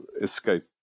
escape